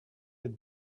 had